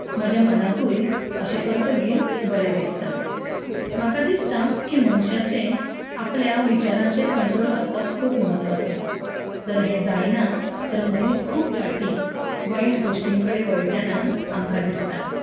म्हज्या मनाकूय अशें करतगीर बरें दिसता म्हाका दिसता की मनशांचें आपल्या विचारांचेर कंट्रोल आसप खूब म्हत्वाचो जर हें जायना तर मनीस खूब फावटी वायट गोश्टीं कडेन वळटाना आमकां दिसता